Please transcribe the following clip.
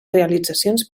realitzacions